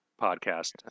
podcast